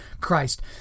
Christ